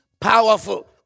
powerful